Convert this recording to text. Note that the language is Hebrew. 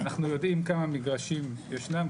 אנחנו יודעים כמה מגרשים ישנם,